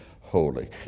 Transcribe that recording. holy